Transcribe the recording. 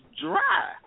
dry